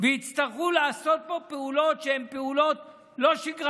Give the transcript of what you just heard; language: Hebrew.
ויצטרכו לעשות פה פעולות לא שגרתיות,